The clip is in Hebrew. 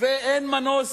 ואין מנוס,